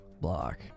block